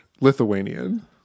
Lithuanian